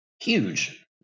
huge